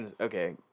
Okay